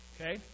Okay